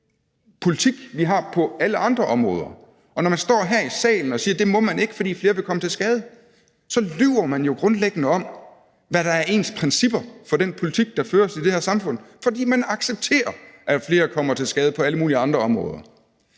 politik, vi har på alle andre områder. Og når man står her i salen og siger, at det må man ikke, fordi flere vil komme til skade, så lyver man jo grundlæggende om, hvad der er ens principper for den politik, der føres i det her samfund, fordi man accepterer, at flere kommer til skade på alle mulige andre områder.